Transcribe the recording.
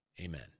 amen